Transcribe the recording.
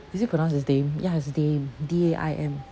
is it pronounced as daim ya it's daim D A I M